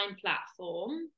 platform